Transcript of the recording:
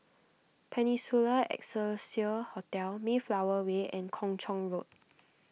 Peninsula Excelsior Hotel Mayflower Way and Kung Chong Road